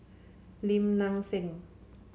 Lim Nang Seng